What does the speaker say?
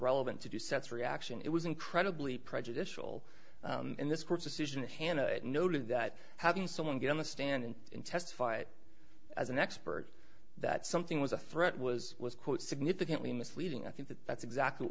relevant to do sets reaction it was incredibly prejudicial in this court's decision hanna noted that having someone get on the stand and testify as an expert that something was a threat was was quite significantly misleading i think that that's exactly what